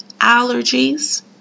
allergies